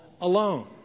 alone